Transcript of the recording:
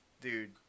Dude